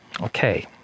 Okay